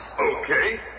Okay